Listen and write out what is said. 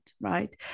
right